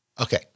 Okay